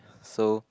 so